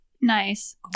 Nice